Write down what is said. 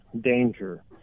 danger